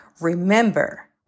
Remember